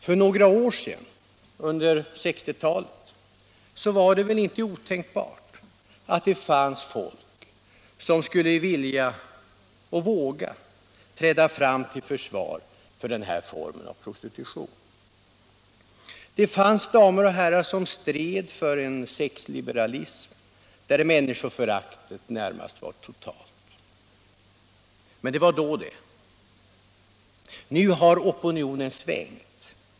För några år sedan, under 1960-talet, var det väl inte otänkbart att det fanns personer som skulle vilja och våga träda fram till försvar för den här formen av prostitution. Det fanns damer och herrar som stred för en sexliberalism, där människoföraktet var närmast totalt. Men det var då. Nu har opinionen svängt.